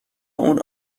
اون